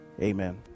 amen